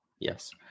Yes